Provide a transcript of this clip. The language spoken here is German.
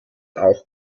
auch